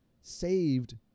saved